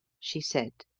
she said.